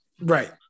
Right